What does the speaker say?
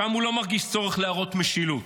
שם הוא לא מרגיש צורך להראות משילות.